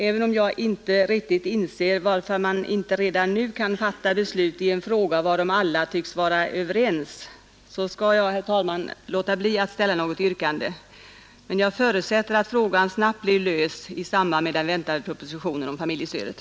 Även om jag inte riktigt inser varför man inte redan nu kan fatta beslut i en fråga varom alla tycks vara överens, skall jag, herr talman, låta bli att ställa något yrkande. Jag förutsätter att frågan snabbt blir löst i samband med den väntade propositionen om familjestödet.